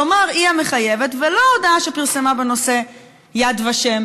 כלומר היא המחייבת ולא ההודעה שפרסם בנושא יד ושם.